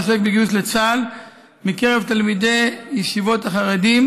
העוסק בגיוס לצה"ל מקרב תלמידי ישיבות החרדים,